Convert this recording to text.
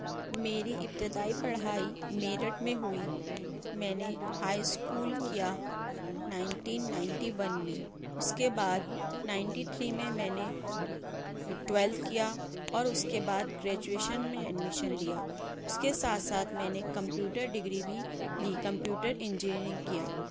میری ابتدائی پڑھائی میرٹھ میں ہوئی میں نے ہائی اسکول کیا نائنٹین نائنٹی ون میں اس کے بعد نائنٹی تھری میں نے تویلتھ کیا اور اس کے بعد گریجویشن میں ایڈمشن لیا اس کے ساتھ ساتھ میں نے کمپیوٹر ڈگری بھی لی کمپیوٹر انجینیئرنگ کیا